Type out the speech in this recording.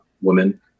women